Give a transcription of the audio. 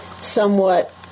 somewhat